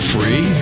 Free